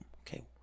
okay